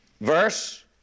Verse